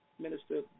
Minister